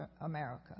America